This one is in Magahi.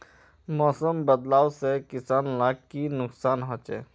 मौसम बदलाव से किसान लाक की नुकसान होचे?